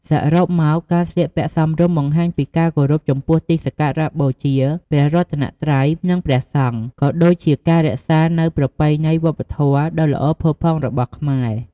សរុបមក ការស្លៀកពាក់សមរម្យបង្ហាញពីការគោរពចំពោះទីសក្ការៈបូជា ព្រះរតនត្រ័យ និងព្រះសង្ឃ ក៏ដូចជាការរក្សានូវប្រពៃណីវប្បធម៌ដ៏ល្អផូរផង់របស់ខ្មែរ។